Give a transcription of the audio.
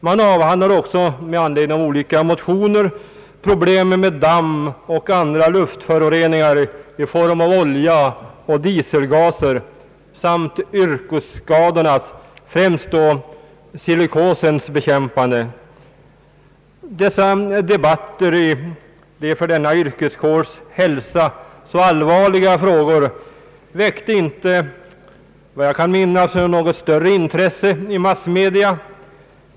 Man avhandlade också, med anledning av olika motioner, problemen med damm oeh andra luftföroreningar orsakade av olja och dieselgaser samt yrkesskadornas, främst då silikosens, bekämpande. Dessa debatter om för denna yrkeskårs hälsa så allvarliga frågor väckte inte, vad jag kan minnas, något större intresse i massmedia.